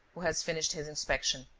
who had finished his inspection.